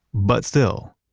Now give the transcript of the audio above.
but still,